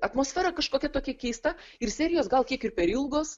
atmosfera kažkokia tokia keista ir serijos gal kiek ir per ilgos